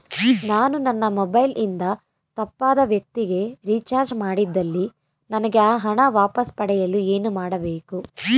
ನಾನು ನನ್ನ ಮೊಬೈಲ್ ಇಂದ ತಪ್ಪಾದ ವ್ಯಕ್ತಿಗೆ ರಿಚಾರ್ಜ್ ಮಾಡಿದಲ್ಲಿ ನನಗೆ ಆ ಹಣ ವಾಪಸ್ ಪಡೆಯಲು ಏನು ಮಾಡಬೇಕು?